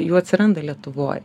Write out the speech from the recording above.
jų atsiranda lietuvoj